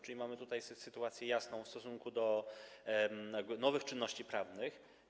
Czyli mamy tutaj sytuację jasną w stosunku do nowych czynności prawnych.